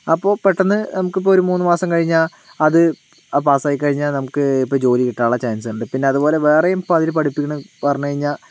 അപ്പോൾ പെട്ടന്ന് നമുക്ക് ഇപ്പോൾ ഒരു മൂന്ന് മാസം കഴിഞ്ഞാൽ അത് പാസായിക്കഴിഞ്ഞാൽ നമുക്ക് ഇപ്പോൾ ജോലി കിട്ടാനുള്ള ചാൻസുണ്ട് പിന്നെ അതുപോലെ വേറെയും അതില് പഠിപ്പിക്കുന്നെന്ന് പറഞ്ഞ് കഴിഞ്ഞാൽ